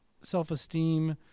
self-esteem